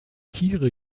tiere